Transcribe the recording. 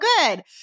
good